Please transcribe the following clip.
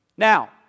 Now